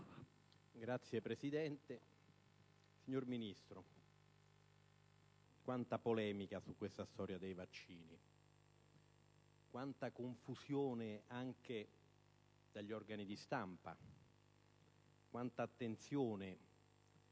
Signor Presidente, signor Ministro, colleghi, quanta polemica su questa storia dei vaccini, quanta confusione sugli organi di stampa, quanta attenzione